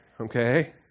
okay